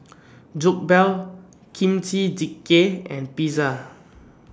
Jokbal Kimchi Jjigae and Pizza